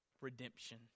redemption